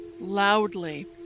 loudly